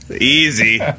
Easy